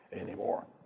anymore